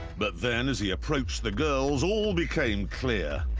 but then as he approached the girls, all became clear.